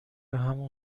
همون